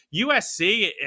USC